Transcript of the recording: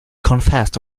confessed